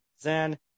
Zan